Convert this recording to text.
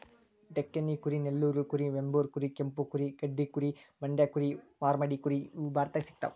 ಡೆಕ್ಕನಿ ಕುರಿ ನೆಲ್ಲೂರು ಕುರಿ ವೆಂಬೂರ್ ಕುರಿ ಕೆಂಪು ಕುರಿ ಗಡ್ಡಿ ಕುರಿ ಮಂಡ್ಯ ಕುರಿ ಮಾರ್ವಾಡಿ ಕುರಿ ಇವು ಭಾರತದಾಗ ಸಿಗ್ತಾವ